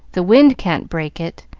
the wind can't break it,